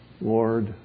Lord